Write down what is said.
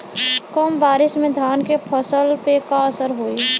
कम बारिश में धान के फसल पे का असर होई?